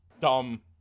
dumb